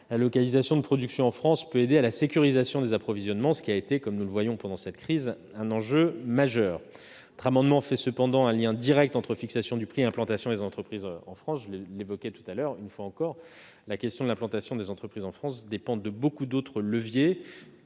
la localisation de production en France peut aider à la sécurisation des approvisionnements, ce qui est, comme nous le voyons au cours de cette crise, un enjeu majeur. Votre amendement fait cependant un lien direct entre fixation du prix et implantation des entreprises en France. Une fois encore, la question de l'implantation des entreprises en France dépend de beaucoup d'autres leviers